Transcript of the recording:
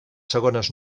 segones